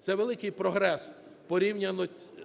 Це великий прогрес порівняно з